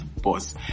boss